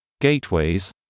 gateways